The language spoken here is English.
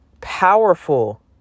powerful